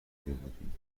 بودیم